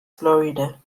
florida